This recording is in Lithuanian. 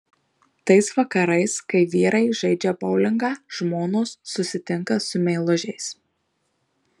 tais vakarais kai vyrai žaidžia boulingą žmonos susitinka su meilužiais